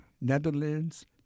Netherlands